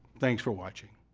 thanks for watching.